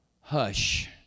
hush